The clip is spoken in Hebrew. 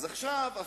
עכשיו,